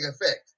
effect